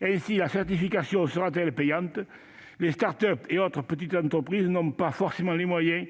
La certification sera-t-elle payante ? Les start-up et autres petites entreprises n'ont pas forcément les moyens